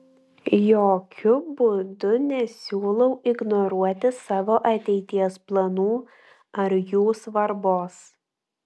jokiu būdu nesiūlau ignoruoti savo ateities planų ar jų svarbos